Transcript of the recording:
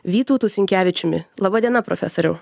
vytautu sinkevičiumi laba diena profesoriau